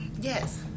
Yes